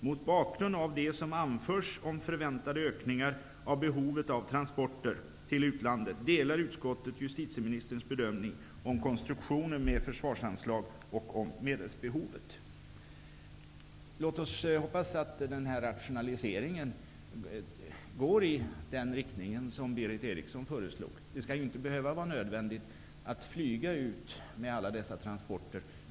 Mot bakgrund av det som anförs om förväntade ökningar av behovet av transporter till utlandet delar utskottet justitieministerns bedömningar om konstruktionen med förslagsanslag och om medelsbehovet.'' Låt oss hoppas att denna rationalisering går i den riktning som Berith Eriksson föreslog. Det skall inte vara nödvändigt att flyga ut alla dessa transporter.